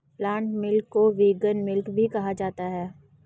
plant milk को vegan milk भी कहा जाता है